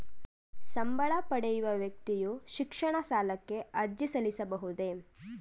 ಸಂಬಳ ಪಡೆಯುವ ವ್ಯಕ್ತಿಯು ಶಿಕ್ಷಣ ಸಾಲಕ್ಕೆ ಅರ್ಜಿ ಸಲ್ಲಿಸಬಹುದೇ?